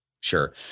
Sure